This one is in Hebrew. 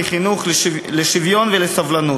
כחינוך לשוויון ולסובלנות.